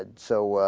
ah so ah.